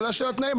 בתנאים.